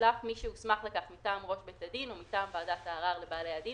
ישלח מי שהוסמך לכך מטעם ראש בית הדין או מטעם ועדת הערר לבעלי הדין